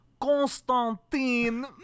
Constantine